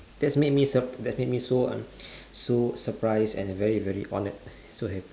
that's made me sup~ that's made me so un~ so surprised and very very honoured so happy